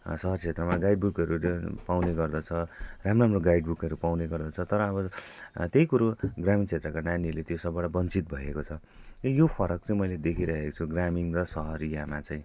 सहर क्षेत्रमा गाइड बुकहरू पाउने गर्दछ राम्रो राम्रो गाइड बुकहरू पाउने गर्दछ तर अब त्यही कुरो ग्रामीण क्षेत्रका नानीहरूले त्यो सबबाट वन्चित भएको छ यो फरक चाहिँ मैले देखिरहेको छु ग्रामीण र सहरीयामा चाहिँ